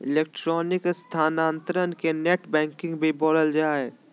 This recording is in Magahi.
इलेक्ट्रॉनिक स्थानान्तरण के नेट बैंकिंग भी बोलल जा हइ